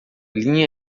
linha